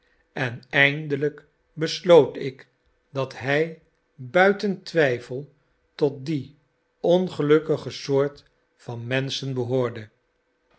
en eindelijk besloot ik dat hij buiten twijfel tot die ongelukkige soort van menschen behoorde